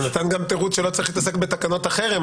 נתן גם תירוץ שלא צריך להתעסק בתקנות החרם,